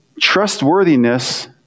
trustworthiness